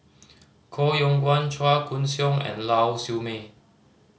Koh Yong Guan Chua Koon Siong and Lau Siew Mei